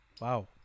Wow